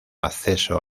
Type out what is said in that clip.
acceso